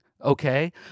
Okay